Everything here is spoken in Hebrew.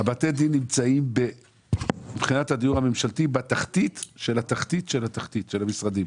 בתי הדין נמצאים מבחינת הדיור הממשלתי בתחתית של התחתית של המשרדים.